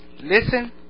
listen